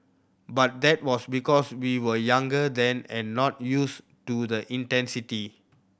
but that was because we were younger then and not used to the intensity